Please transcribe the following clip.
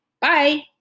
bye